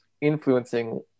influencing